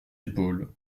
épaules